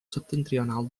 septentrional